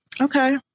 Okay